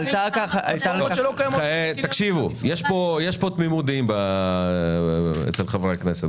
יש כאן תמימות דעים אצל חברי הכנסת,